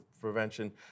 prevention